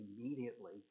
immediately